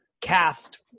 cast